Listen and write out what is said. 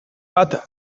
bat